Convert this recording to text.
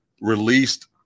released